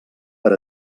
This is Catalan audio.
per